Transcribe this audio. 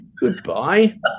Goodbye